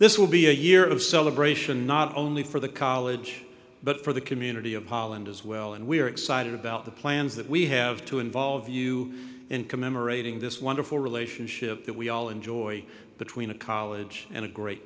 this will be a year of celebration not only for the college but for the community of holland as well and we are excited about the plans that we have to involve you in commemorating this wonderful relationship that we all enjoy between a college and a great